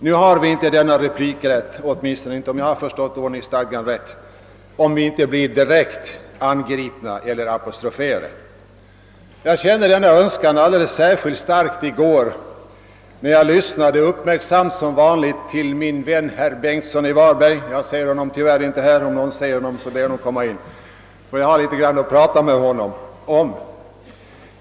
Nu har vi inte denna replikrätt — åtminstone inte om jag har förstått ordningsstadgan rätt — om vi inte blir direkt angripna eller apostroferade. Jag kände denna önskan alldeles särskilt starkt när jag i går lyssnade, uppmärksamt som vanligt, till min vän herr Bengtsson i Varberg — jag ser honom tyvärr inte i kammaren. Om någon ser honom så be honom komma in, jag har litet att tala med honom om.